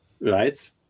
right